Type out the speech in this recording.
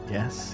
Yes